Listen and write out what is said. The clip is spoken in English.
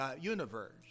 universe